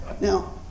Now